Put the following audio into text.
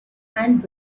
and